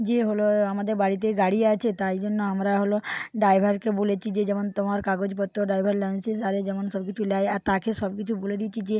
যে হল আমাদের বাড়িতে গাড়ি আছে তাই জন্য আমরা হলো ড্রাইভারকে বলেছি যে যেমন তোমার কাগজপত্র ড্রাইভার লাইসেন্স আর এ যেমন সব কিছু নেয় আর তাকে সব কিছু বলে দিয়েছি যে